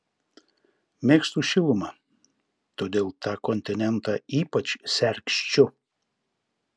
mėgstu šilumą todėl tą kontinentą ypač sergsčiu